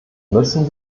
müssen